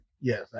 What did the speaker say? Yes